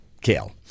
kale